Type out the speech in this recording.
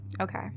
okay